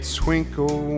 twinkle